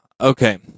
okay